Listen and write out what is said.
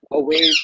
away